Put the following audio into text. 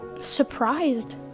surprised